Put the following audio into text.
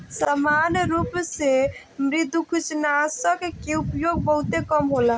सामान्य रूप से मृदुकवचनाशक के उपयोग बहुते कम होला